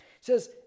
says